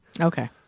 Okay